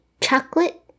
chocolate